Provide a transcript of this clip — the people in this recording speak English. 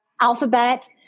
alphabet